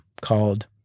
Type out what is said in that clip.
called